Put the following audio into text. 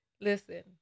Listen